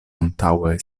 antaŭe